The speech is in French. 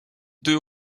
deux